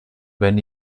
wenn